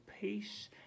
peace